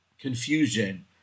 confusion